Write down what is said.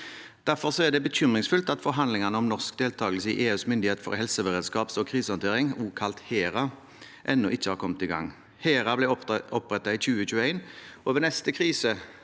Derfor er det bekymringsfullt at forhandlingene om norsk deltagelse i EUs myndighet for helseberedskap og krisehåndtering, kalt HERA, ennå ikke har kommet i gang. HERA ble opprettet i 2021, og ved neste krise